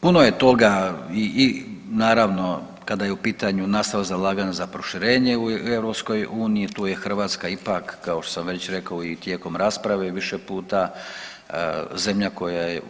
Puno je toga i naravno kada je u pitanju nastava za ulaganje za proširenje u EU, tu je Hrvatska ipak kao što sam već rekao i tijekom rasprave više puta, zemlja